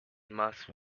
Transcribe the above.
must